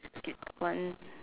okay one